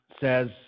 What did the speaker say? says